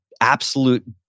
absolute